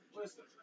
listen